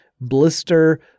Blister